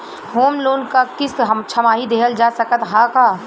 Home loan क किस्त छमाही देहल जा सकत ह का?